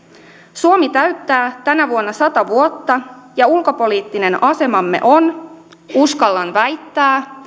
suomi täyttää tänä vuonna sata vuotta ja ulkopoliittinen asemamme on uskallan väittää